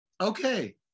Okay